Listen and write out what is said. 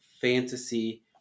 fantasy